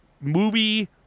movie